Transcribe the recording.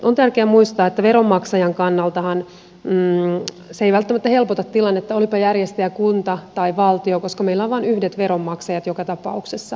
on tärkeää muistaa että veronmaksajan kannaltahan se ei välttämättä helpota tilannetta olipa järjestäjä kunta tai valtio koska meillä on vain yhdet veronmaksajat joka tapauksessa